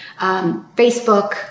Facebook